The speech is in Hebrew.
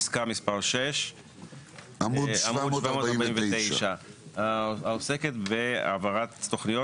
פסקה מספר 6. עמוד 749. הפסקה עוסקת בהעברת תוכניות